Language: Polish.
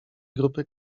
grupy